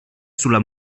sulla